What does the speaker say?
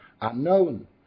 unknown